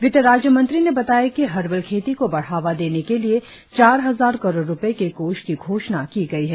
वित्त राज्य मंत्री ने बताया कि हर्बल खेती को बढावा देने के लिए चार हजार करोड़ रुपये के कोष की घोषणा की गई है